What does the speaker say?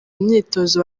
myitozo